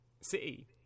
city